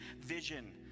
vision